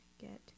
get